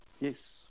yes